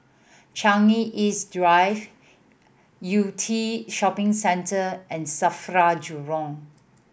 Changi East Drive Yew Tee Shopping Centre and SAFRA Jurong